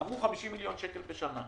אמרו 50 מיליון שקל בשנה.